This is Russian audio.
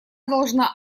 должна